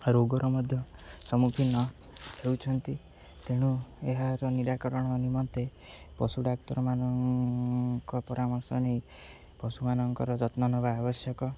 ରୋଗର ମଧ୍ୟ ସମ୍ମୁଖୀନ ହେଉଛନ୍ତି ତେଣୁ ଏହାର ନିରାକରଣ ନିମନ୍ତେ ପଶୁ ଡାକ୍ତରମାନଙ୍କ ପରାମର୍ଶ ନେଇ ପଶୁମାନଙ୍କର ଯତ୍ନ ନେବା ଆବଶ୍ୟକ